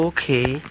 Okay